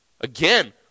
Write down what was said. Again